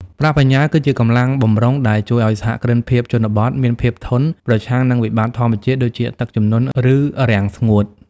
ប្រាក់បញ្ញើគឺជា "កម្លាំងបម្រុង" ដែលជួយឱ្យសហគ្រិនភាពជនបទមានភាពធន់ ប្រឆាំងនឹងវិបត្តិធម្មជាតិដូចជាទឹកជំនន់ ឬរាំងស្ងួត។